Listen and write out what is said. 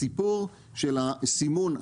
הסיפור של הסימון,